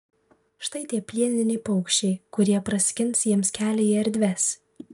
štai tie plieniniai paukščiai kurie praskins jiems kelią į erdves